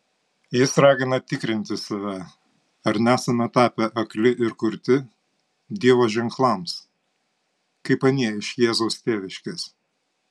jis ragina tikrinti save ar nesame tapę akli ir kurti dievo ženklams kaip anie iš jėzaus tėviškės